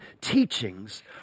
teachings